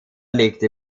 legte